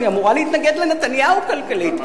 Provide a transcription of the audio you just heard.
אני אמורה להתנגד לנתניהו כלכלית,